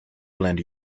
blend